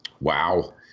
Wow